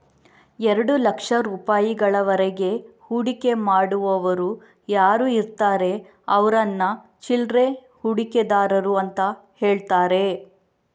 ಎರಡು ಲಕ್ಷ ರೂಪಾಯಿಗಳವರೆಗೆ ಹೂಡಿಕೆ ಮಾಡುವವರು ಯಾರು ಇರ್ತಾರೆ ಅವ್ರನ್ನ ಚಿಲ್ಲರೆ ಹೂಡಿಕೆದಾರರು ಅಂತ ಹೇಳ್ತಾರೆ